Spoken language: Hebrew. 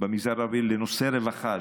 במגזר הערבי לנושא רווחה?